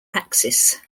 axis